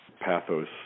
pathos